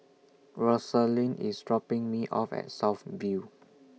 Rosalyn IS dropping Me off At South View